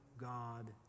God